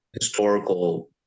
historical